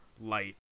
light